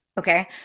Okay